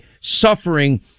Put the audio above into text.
suffering